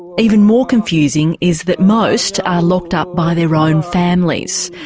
even more confusing is that most are locked up by their own families.